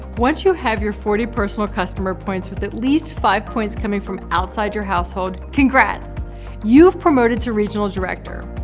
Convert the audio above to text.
once you have your forty personal customer points with at least five points coming from outside your household, congrats you've promoted to regional director.